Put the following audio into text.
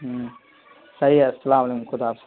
ہوں صحیح ہے السلام علیکم خدا حافظ